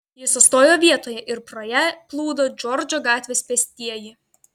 ji sustojo vietoje ir pro ją plūdo džordžo gatvės pėstieji